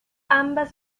ambas